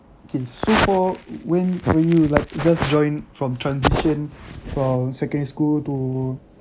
K so for when will you like just join from transition from secondary school to